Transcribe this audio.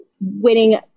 winning